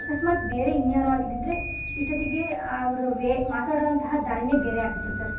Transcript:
ಅಕಸ್ಮಾತ್ ಬೇರೆ ಇನ್ನು ಯಾರೋ ಆಗಿದ್ದಿದ್ದರೆ ಇಷ್ಟೊತ್ತಿಗೆ ಅವ್ರ ವೇ ಮಾತಾಡುವಂತಹ ದಾರಿನೇ ಬೇರೆ ಆಗ್ತಿತ್ತು ಸರ್